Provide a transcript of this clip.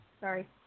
Sorry